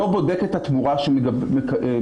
לא בודק את התמורה שהוא מקבל.